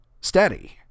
steady